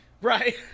Right